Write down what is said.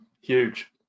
huge